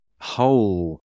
whole